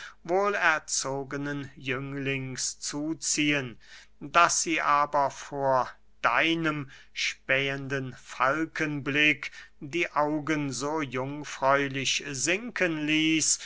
wohlerzogenen jünglings zuziehen daß sie aber vor deinem spähenden falkenblick die augen so jungfräulich sinken ließ